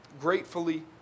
gratefully